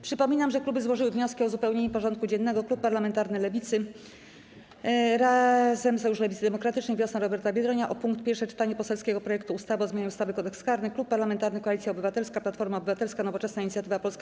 Przypominam, że kluby złożyły wnioski o uzupełnienie porządku dziennego: - Koalicyjny Klub Parlamentarny Lewicy (Razem, Sojusz Lewicy Demokratycznej, Wiosna Roberta Biedronia) o punkt: Pierwsze czytanie poselskiego projektu ustawy o zmianie ustawy - Kodeks karny, - Klub Parlamentarny Koalicja Obywatelska - Platforma Obywatelska, Nowoczesna, Inicjatywa Polska,